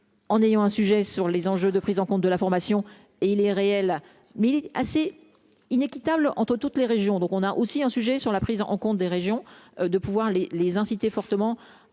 en ayant un sujet sur les enjeux de prise en compte de la formation et il est réel, mais assez inéquitable entre toutes les régions, donc on a aussi un sujet sur la prise en compte des régions, de pouvoir les les inciter fortement